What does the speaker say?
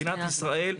מדינת ישראל,